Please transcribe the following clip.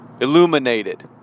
illuminated